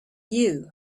you